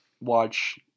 Watch